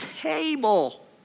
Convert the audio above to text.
table